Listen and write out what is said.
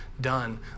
done